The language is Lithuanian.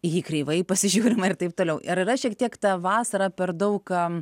į jį kreivai pasižiūrima ir taip toliau ar yra šiek tiek ta vasara per daug